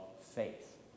faith